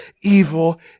evil